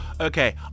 Okay